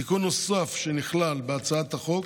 תיקון נוסף שנכלל בהצעת החוק